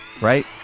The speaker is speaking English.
right